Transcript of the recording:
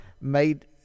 made